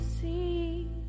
see